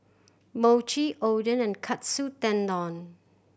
Mochi Oden and Katsu Tendon